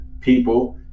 people